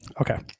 Okay